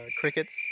Crickets